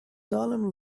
salem